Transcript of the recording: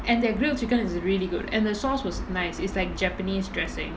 and their grilled chicken is really good and the sauce was nice is like japanese dressing